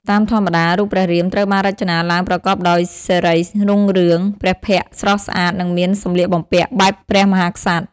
តាមធម្មតា រូបព្រះរាមត្រូវបានរចនាឡើងប្រកបដោយសិរីរុងរឿង ព្រះភ័ក្ត្រស្រស់ស្អាតនិងមានសម្លៀកបំពាក់បែបព្រះមហាក្សត្រ ។